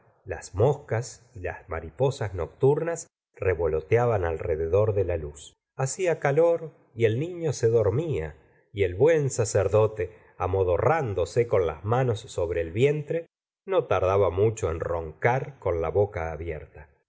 las moscas y las mariposas nocturnas revoloteaban alrededor de la luz hacía calor y el niño se dormía y el buen sacerdote amodorrándose con las manos sobre el vientre no tardaba mucho en roncar con la boca abierta